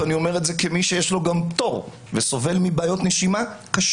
ואני אומר את זה גם כמי שיש לו פטור וסובל מבעיות נשימה קשות,